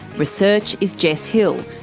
research is jess hill,